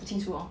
不清楚哦